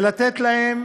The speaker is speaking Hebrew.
ולתת להם